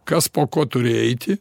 kas po ko turi eiti